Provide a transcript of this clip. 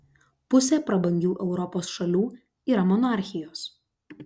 pusė prabangių europos šalių yra monarchijos